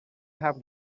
have